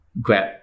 Grab